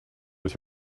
was